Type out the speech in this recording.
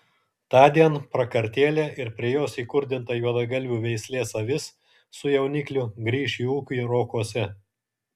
tądien prakartėlė ir prie jos įkurdinta juodagalvių veislės avis su jaunikliu grįš į ūkį rokuose